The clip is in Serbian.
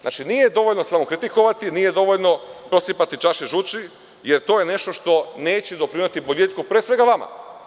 Znači, nije dovoljno samo kritikovati, nije dovoljno prosipati čaše žuči, jer to je nešto što neće doprineti boljitku pre svega vama.